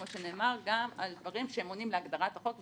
כמו שנאמר גם על דברים שהם עונים להגדרת החוק,